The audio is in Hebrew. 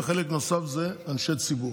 וחלק נוסף הם אנשי ציבור.